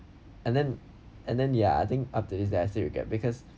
and then and then ya I think up to this that I still regret because